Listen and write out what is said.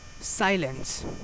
silence